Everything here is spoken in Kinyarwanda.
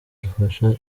rufasha